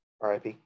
RIP